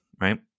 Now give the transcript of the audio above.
right